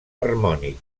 harmònic